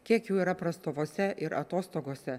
kiek jų yra prastovose ir atostogose